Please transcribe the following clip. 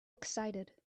excited